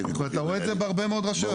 ואתה רואה את זה בהרבה מאוד רשויות,